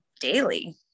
daily